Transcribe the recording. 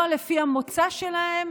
לא לפי המוצא שלהם.